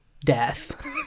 death